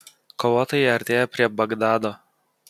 kovotojai artėja prie bagdado